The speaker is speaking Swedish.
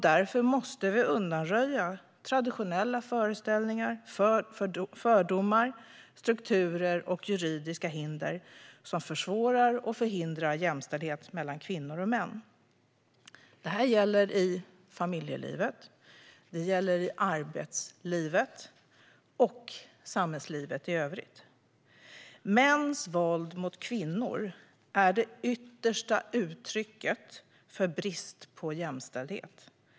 Därför måste vi undanröja traditionella föreställningar, fördomar, strukturer och juridiska hinder som försvårar och förhindrar jämställdhet mellan kvinnor och män. Detta gäller i familjelivet, i arbetslivet och i samhällslivet i övrigt. Mäns våld mot kvinnor är det yttersta uttrycket för brist på jämställdhet.